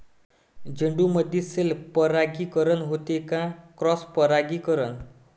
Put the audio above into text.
झेंडूमंदी सेल्फ परागीकरन होते का क्रॉस परागीकरन?